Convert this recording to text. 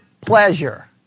pleasure